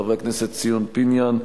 חברי הכנסת ציון פיניאן,